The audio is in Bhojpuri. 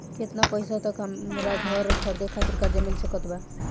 केतना पईसा तक हमरा घर खरीदे खातिर कर्जा मिल सकत बा?